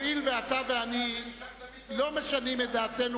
הואיל ואתה ואני לא משנים את דעתנו